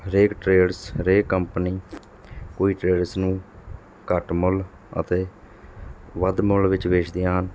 ਹਰੇਕ ਟਰੇਡਸ ਹਰੇਕ ਕੰਪਨੀ ਕੋਈ ਟਰੇਡਸ ਨੂੰ ਘੱਟ ਮੁੱਲ ਅਤੇ ਵੱਧ ਮੁੱਲ ਵਿੱਚ ਵੇਚਦੀਆਂ ਹਨ